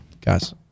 guys